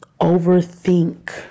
overthink